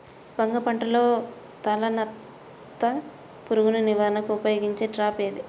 వంగ పంటలో తలనత్త పురుగు నివారణకు ఉపయోగించే ట్రాప్ ఏది?